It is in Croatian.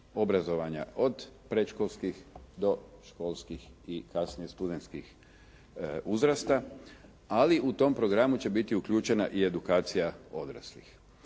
od predškolskih do školskih i kasnije studentskih uzrasta, ali u tom programu će biti uključena i edukacija odraslih.